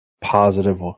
positive